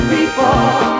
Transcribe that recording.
people